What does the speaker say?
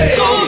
go